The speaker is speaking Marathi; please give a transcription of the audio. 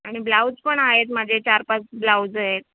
आणि ब्लाऊज पण आहेत माझे चार पाच ब्लाउज आहेत